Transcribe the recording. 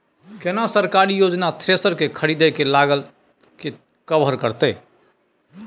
केना सरकारी योजना थ्रेसर के खरीदय के लागत के कवर करतय?